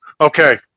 Okay